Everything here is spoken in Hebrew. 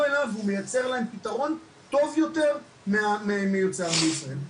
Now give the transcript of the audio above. אליו והוא מייצר להם פתרון טוב יותר מהמיוצר בישראל.